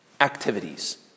activities